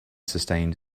sustained